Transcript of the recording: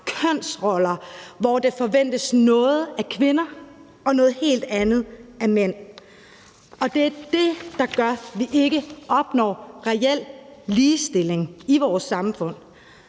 kønsroller, hvor der forventes noget af kvinder og noget helt andet af mænd, og det er det, der gør, at vi ikke opnår reel ligestilling i vores samfund.